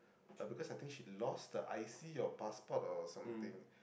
but because I think she lost her i_c or her passport or something